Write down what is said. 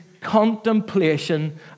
contemplation